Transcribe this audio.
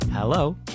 Hello